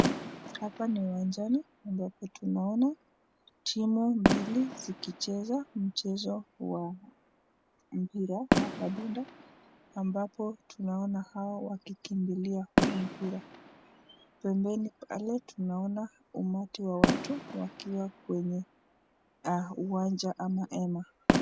Hapa ni uwanjani ambapo tunaona timu mbili zikicheza mchezo wa mpira wa kandanda ambapo tunaona hao wakikimbilia huo mpira pembeni pale tunaona umati wa watu wakiwa kwenye uwanja ama hema.